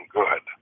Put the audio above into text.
good